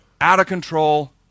out-of-control